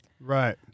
Right